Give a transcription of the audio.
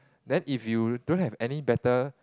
then if you don't have any better